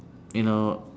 you know